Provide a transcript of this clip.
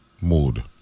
mode